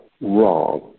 wrong